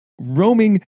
roaming